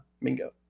Mingo